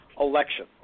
election